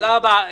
תודה רבה.